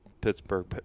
Pittsburgh